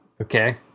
Okay